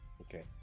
okay